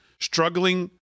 struggling